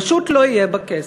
פשוט לא יהיה בה כסף.